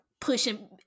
pushing